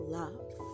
love